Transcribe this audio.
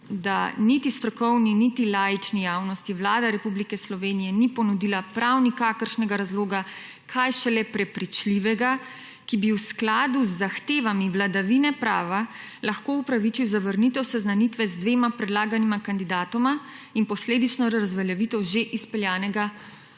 da niti strokovni niti laični javnosti Vlada Republike Slovenije ni ponudila prav nikakršnega razloga, kaj šele prepričljivega, ki bi v skladu z zahtevami vladavine prava lahko opravičil zavrnitev seznanitve z dvema predlaganima kandidatoma in posledično razveljavitev že izpeljanega